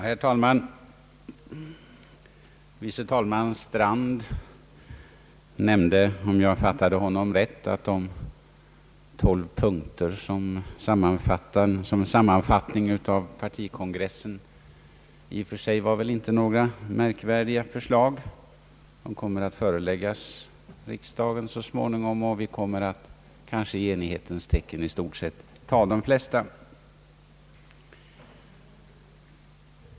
Herr talman! Herr förste vice talmannen Strand nämnde att den sammanfattning av partikongressen som presenterats i tolv punkter i och för sig inte innehöll några märkvärdiga förslag. De kommer att föreläggas riksdagen så småningom, och vi kommer kanske att i enighetens tecken i stort sett ta de flesta.